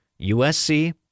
USC